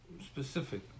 specific